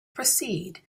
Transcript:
proceed